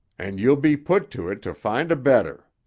and you'll be put to it to find a better.